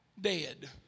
Dead